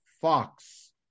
Fox